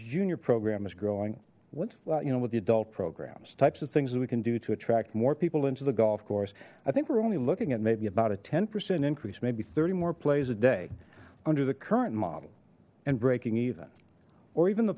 junior program is growing what a lot you know with the adult programs types of things that we can do to attract more people into the golf course i think we're only looking at maybe about a ten percent increase maybe thirty more plays a day under the current model and breaking even or even the